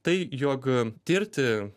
tai jog tirti